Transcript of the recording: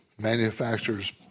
manufacturer's